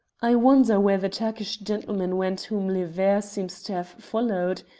i wonder where the turkish gentleman went whom le ver seems to have followed.